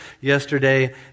yesterday